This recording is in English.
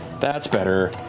that's better,